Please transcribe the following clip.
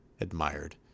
admired